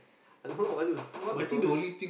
I don't know what the what's the story